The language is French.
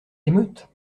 l’émeute